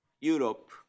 Europe